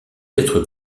être